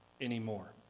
anymore